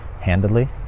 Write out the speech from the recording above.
handedly